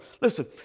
Listen